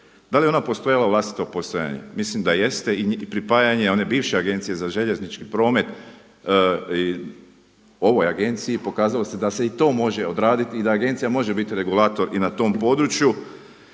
Da li je ona postojala u vlastito postojanje, mislim da jeste i pripajanje one bivše agencije za željeznički promet ovoj agenciji, pokazalo se da se i to može odraditi i da agencija može biti regulator i na tom području.